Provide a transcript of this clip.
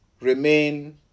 remain